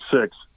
six